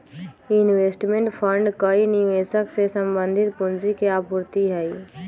investment fund कई निवेशक से संबंधित पूंजी के आपूर्ति हई